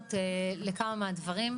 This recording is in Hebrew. האחרונות לכמה מהדברים.